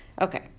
Okay